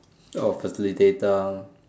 your facilitator